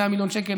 100 מיליון שקל,